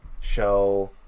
show